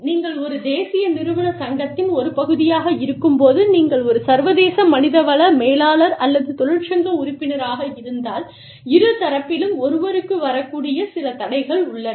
நீங்கள் ஒரு தேசிய நிறுவன சங்கத்தின் ஒரு பகுதியாக இருக்கும்போது நீங்கள் ஒரு சர்வதேச மனிதவள மேலாளர் அல்லது தொழிற்சங்க உறுப்பினராக இருந்தால் இரு தரப்பிலும் ஒருவருக்கு வரக்கூடிய சில தடைகள் உள்ளன